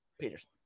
Peterson